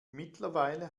mittlerweile